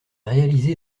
réalisé